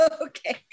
okay